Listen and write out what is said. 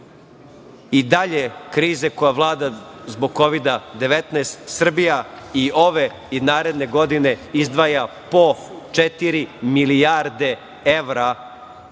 i dalje krize koja vlada zbog Kovida 19 Srbija i ove i naredne godine izdvaja po četiri milijarde evra